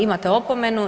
Imate opomenu.